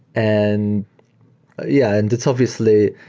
and yeah, and it's obviously,